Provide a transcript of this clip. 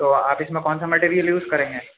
تو آپ اس میں کون سا مٹیریل یوز کریں گے